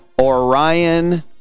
Orion